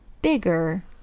bigger